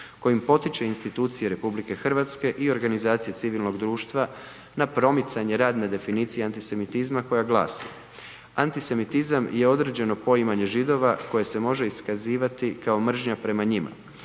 kojim potiče institucije RH i organizacije civilnog društva na promicanje radne definicije antisemitizma koja glasi. Antisemitizam je određeno poimanje Židova koje se može iskazivati kao mržnja prema njima,